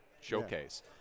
Showcase